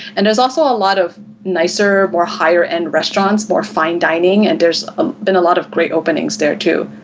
and there's also a lot of nicer or higher end restaurants, more fine dining and there's been a lot of great openings there, too.